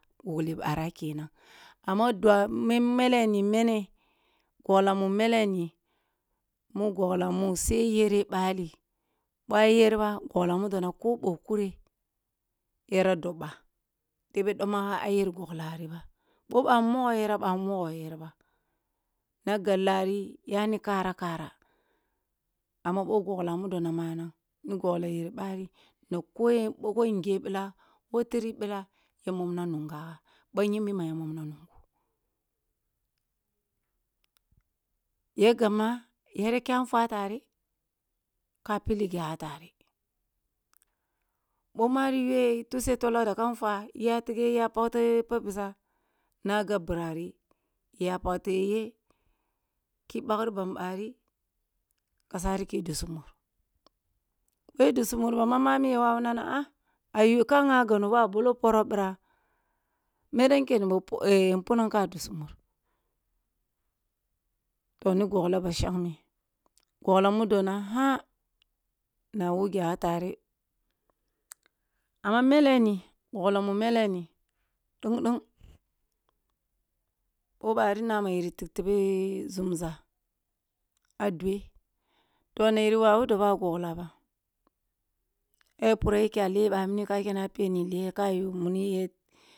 kenan amma iyoh dwa mele ni goglar mu mele no mu gogla sai yere bali, boh a yerba gogle mudona ko da kure yare dob ba tebeh domaga ayar goglah riba, boh bamu mogoh year bamu mogoh yerba na gab lari yam kara kara, amma boh goglah mudona manang ni goglah yer bali koyen ko nge bila wo tiri bira yamo mna nunga ya bayinbi ma ya mom nna nungn, ya gabma yare kya afwa tereh ka pilli gyaga tareh boh ma ri yuwe tuse toloh daga nfwa iya tige iya pag ye peb biz ana gan birci ri ya pak te ye ki bagri bam bari kasari ki disumur, boh dinsumur ma bama mami ya wawuna na ah ayu ka ngagao ɓa ka ɓoloh poro bira, mera nkeni bop unam ka dusumur, toh ni giglah ba shangme goglah mudo nah an na wugyage tereh, amma meli ni goglah mu mele ni deng deng boh bara na ma yiri tigtebeh nzumza a bwe, toh yiri wawu dobog a gogla ba a pura a ke a le bamuni ka kyene peni leh ka yu mui yeh.